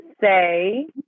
say